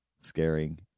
scaring